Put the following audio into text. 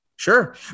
Sure